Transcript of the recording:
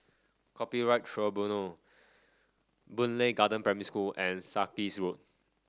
Copyright Tribunal Boon Lay Garden Primary School and Sarkies Road